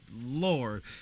Lord